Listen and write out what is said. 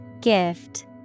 Gift